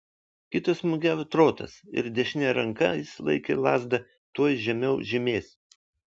kitas smūgiavo trotas ir dešine ranka jis laikė lazdą tuoj žemiau žymės